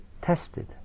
Tested